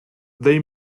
they